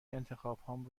انتخابهام